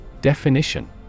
Definition